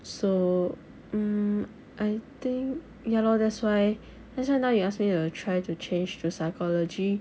so mm I think ya lor that's why that's why now you ask me to try to change to psychology